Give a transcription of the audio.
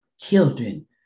children